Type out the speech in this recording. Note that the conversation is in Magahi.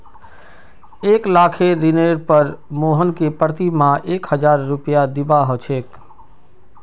एक लाखेर ऋनेर पर मोहनके प्रति माह एक हजार रुपया दीबा ह छेक